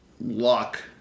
luck